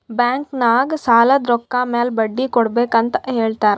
bank ನಾಗ್ ಸಾಲದ್ ರೊಕ್ಕ ಮ್ಯಾಲ ಬಡ್ಡಿ ಕೊಡ್ಬೇಕ್ ಅಂತ್ ಹೇಳ್ತಾರ್